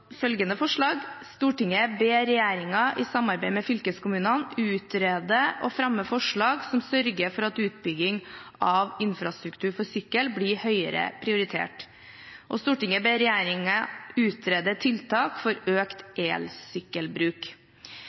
følgende forslag: «Stortinget ber regjeringen, i samarbeid med fylkeskommunene, utrede og fremme forslag som sørger for at utbygging av infrastruktur for sykkel blir høyere prioritert.» Og: «Stortinget ber regjeringen utrede tiltak for økt